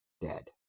dead